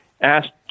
asked